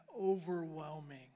overwhelming